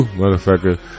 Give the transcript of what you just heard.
motherfucker